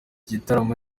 gitaramo